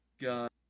God